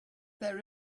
their